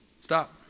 Stop